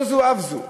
לא זו אף זו,